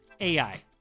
AI